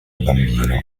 bambino